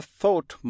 thought